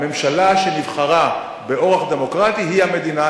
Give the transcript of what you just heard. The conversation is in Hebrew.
הממשלה שנבחרה באורח דמוקרטי היא המדינה,